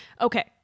Okay